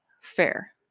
fair